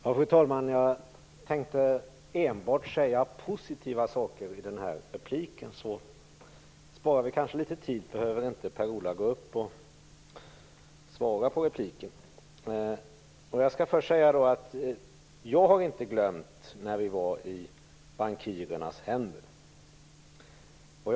Fru talman! Jag tänkte säga enbart positiva saker i denna replik. På så vis spar vi litet tid, för då behöver inte Per-Ola Eriksson gå upp och svara på repliken. Först skall jag säga att jag inte glömt när vi var i bankirernas händer.